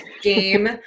game